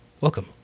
welcome